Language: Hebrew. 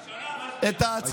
ראשונה, מה שנייה?